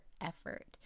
effort